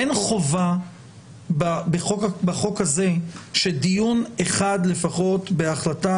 אין חובה בחוק הזה שדיון אחד לפחות בהחלטה